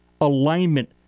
alignment